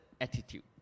attitude